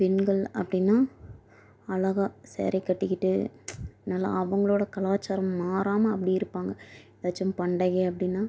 பெண்கள் அப்படின்னா அழகாக சாரீ கட்டிக்கிட்டு நல்லா அவங்களோட கலாச்சாரம் மாறாமல் அப்படி இருப்பாங்க எதாச்சும் பண்டிகை அப்படின்னா